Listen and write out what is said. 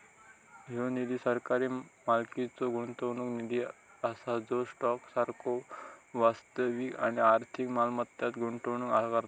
ह्यो निधी सरकारी मालकीचो गुंतवणूक निधी असा जो स्टॉक सारखो वास्तविक आणि आर्थिक मालमत्तांत गुंतवणूक करता